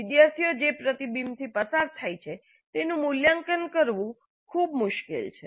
વિદ્યાર્થીઓ જે પ્રતિબિંબથી પસાર થાય છે તેનું મૂલ્યાંકન કરવું ખૂબ જ મુશ્કેલ છે